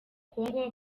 congo